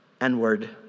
N-word